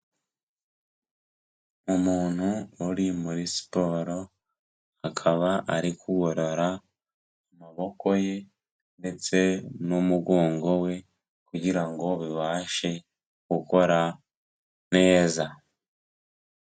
Umuntu uri muri siporo akaba ari kugorora amaboko ye ndetse n'umugongo we kugira ngo bibashe gukora neza.